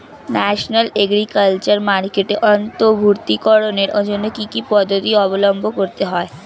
National agriculture মার্কেটে অন্তর্ভুক্তিকরণের জন্য কি কি পদ্ধতি অবলম্বন করতে হয়?